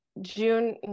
June